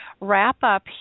wrap-up